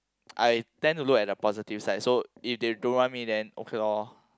I tend to look at the positive side so if they don't want me then okay lor